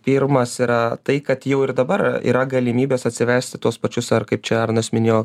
pirmas yra tai kad jau ir dabar yra galimybės atsivesti tuos pačius ar kaip čia arnas minėjo